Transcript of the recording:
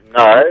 no